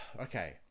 Okay